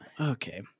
okay